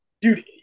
Dude